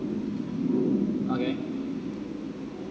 okay